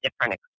different